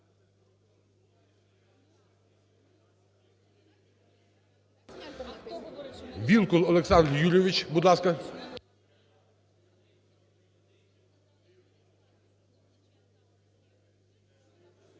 Вілкул Олександр Юрійович, будь ласка.